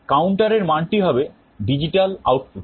counterএর মানটি হবে digital output